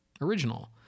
original